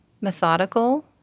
methodical